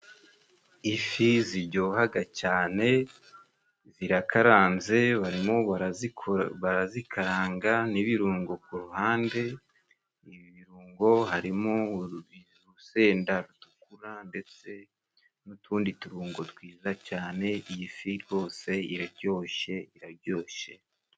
Ifi ziryohaga cyane zirakaranze, barimo barazikaranga n'ibirungo ku ruhande, ibi birungo harimo urusenda rutukura ndetse n'utundi turungo twiza cyane. Iyi fi rwose irajyoshye irajyoshye.